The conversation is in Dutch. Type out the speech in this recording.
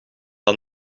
aan